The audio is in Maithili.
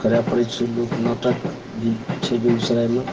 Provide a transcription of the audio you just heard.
किछु करै पड़ै छै लोक नाटक भी छै बेगूसरायमे